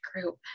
group